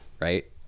right